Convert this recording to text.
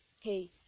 Hey